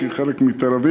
שהיא חלק מתל-אביב.